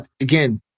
again